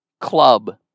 club